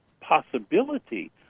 possibility